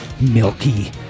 milky